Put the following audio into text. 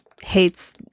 hates